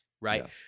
right